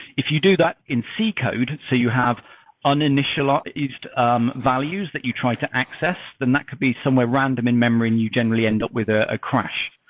if you do that in c code, so you have uninitialized um values that you try to access, then that could be somewhere random in memory and you generally end up with a ah crash.